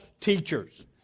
teachers